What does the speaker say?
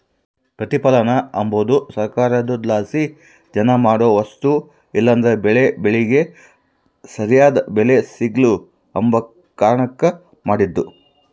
ಪ್ರತಿಪಲನ ಅಂಬದು ಸರ್ಕಾರುದ್ಲಾಸಿ ಜನ ಮಾಡೋ ವಸ್ತು ಇಲ್ಲಂದ್ರ ಬೆಳೇ ಬೆಳಿಗೆ ಸರ್ಯಾದ್ ಬೆಲೆ ಸಿಗ್ಲು ಅಂಬ ಕಾರಣುಕ್ ಮಾಡಿದ್ದು